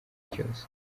cyose